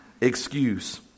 excuse